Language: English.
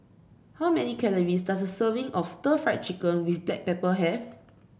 how many calories does a serving of stir Fry Chicken with Black Pepper have